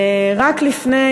רק לפני,